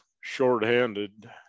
shorthanded